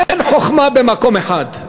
אין חוכמה במקום אחד.